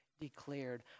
declared